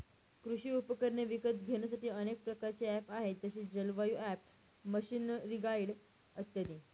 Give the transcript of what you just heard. कृषी उपकरणे विकत घेण्यासाठी अनेक प्रकारचे ऍप्स आहेत जसे जलवायु ॲप, मशीनरीगाईड इत्यादी